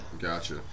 gotcha